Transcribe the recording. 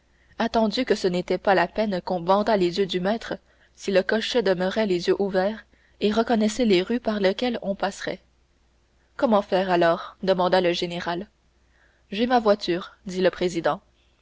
attendu que ce n'était pas la peine qu'on bandât les yeux du maître si le cocher demeurait les yeux ouverts et reconnaissait les rues par lesquelles on passerait comment faire alors demanda le général j'ai ma voiture dit le président